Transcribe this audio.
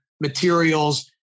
materials